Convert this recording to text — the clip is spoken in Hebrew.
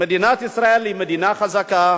מדינת ישראל היא מדינה חזקה,